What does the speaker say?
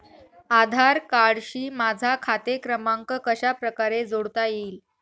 आधार कार्डशी माझा खाते क्रमांक कशाप्रकारे जोडता येईल?